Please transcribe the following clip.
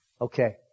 Okay